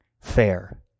fair